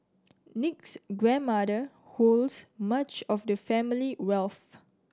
nick's grandmother holds much of the family wealth